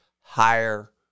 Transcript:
higher